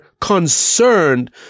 concerned